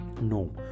No